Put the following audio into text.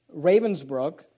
Ravensbrook